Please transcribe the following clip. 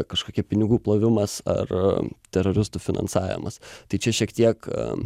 kažkokie pinigų plovimas ar teroristų finansavimas tai čia šiek tiek